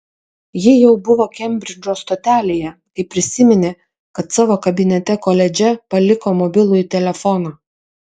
ji jau buvo kembridžo stotelėje kai prisiminė kad savo kabinete koledže paliko mobilųjį telefoną